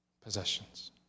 possessions